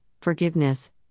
forgiveness